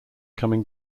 coming